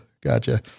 Gotcha